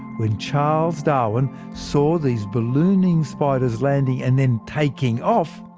when charles darwin saw these ballooning spiders landing and then taking off,